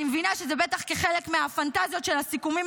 אני מבינה שזה בטח חלק מהפנטזיות של הסיכומים